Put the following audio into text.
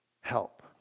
help